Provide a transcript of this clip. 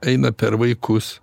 eina per vaikus